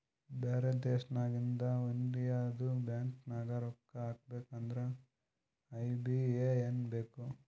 ಬ್ಯಾರೆ ದೇಶನಾಗಿಂದ್ ಇಂಡಿಯದು ಬ್ಯಾಂಕ್ ನಾಗ್ ರೊಕ್ಕಾ ಹಾಕಬೇಕ್ ಅಂದುರ್ ಐ.ಬಿ.ಎ.ಎನ್ ಬೇಕ್